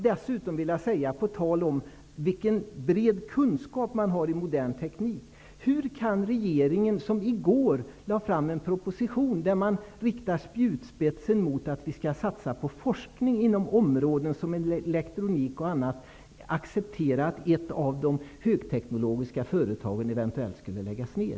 Dessutom skulle jag när det gäller de breda kunskaper i modern teknik som finns vilja fråga: Hur kan regeringen, som i går lade fram en proposition där spjutspetsen riktas mot satsningar på forskning inom t.ex. elektronikområdet, acceptera att ett av våra högteknologiska företag eventuellt läggs ner?